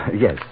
Yes